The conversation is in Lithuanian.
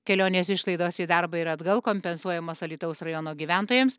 kelionės išlaidos į darbą ir atgal kompensuojamos alytaus rajono gyventojams